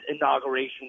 Inauguration